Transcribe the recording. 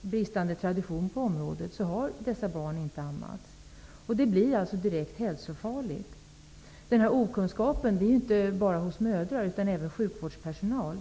bristande tradition på området har dessa barn inte ammats. Det blir alltså direkt hälsofarligt. Denna okunskap finns inte bara hos mödrar utan även hos sjukvårdspersonal.